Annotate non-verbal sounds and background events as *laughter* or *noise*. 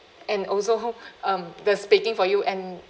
and also *laughs* um the speaking for you and